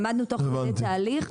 למדנו תוך כדי תהליך.